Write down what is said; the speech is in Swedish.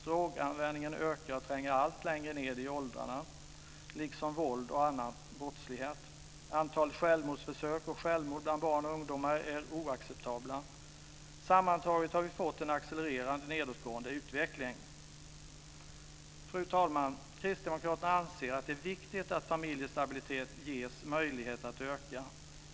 Droganvändningen ökar och tränger allt längre ned i åldrarna liksom våld och annan brottslighet. Antalet självmordsförsök och självmord bland barn och ungdomar är oacceptabelt. Sammantaget har vi fått en accelererande nedåtgående utveckling. Fru talman! Kristdemokraterna anser att det är viktigt att familjestabiliteten ges möjlighet att öka.